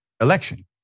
election